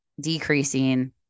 decreasing